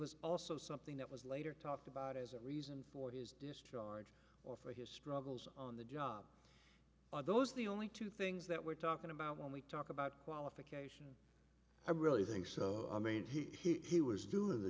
was also something that was later talked about as a reason for his discharge for his struggles on the job are those the only two things that we're talking about when we talk about qualification i really think so i mean he was doing the